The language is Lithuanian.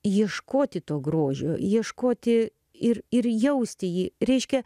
ieškoti to grožio ieškoti ir ir jausti jį reiškia